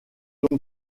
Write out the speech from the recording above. donc